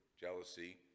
jealousy